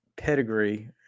pedigree